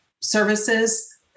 services